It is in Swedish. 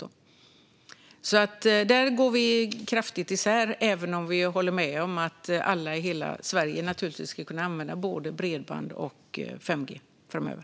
Här går alltså våra åsikter kraftigt isär, även om vi naturligtvis håller med om att alla i hela Sverige ska kunna använda både bredband och 5G framöver.